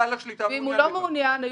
אם בעל השליטה מעוניין בזה.